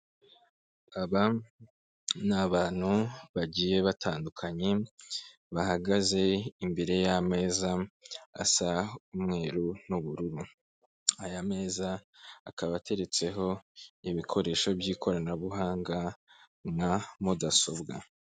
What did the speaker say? Aba ni abantu bagiye batandukanye bahagaze imbere y'ameza asa umweru n'ubururu, aya meza akaba ateretseho ibikoresho by'ikoranabuhanga nka mudasobwa.